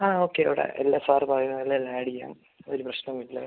ആ ഓക്കെ ഇവിടെ എല്ലാം സാറ് പറയുന്ന പോലെ എല്ലാം അഡ് ചെയ്യാം ഒര് പ്രശ്നം ഇല്ല